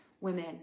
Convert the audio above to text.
women